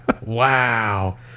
Wow